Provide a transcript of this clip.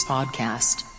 Podcast